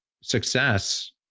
success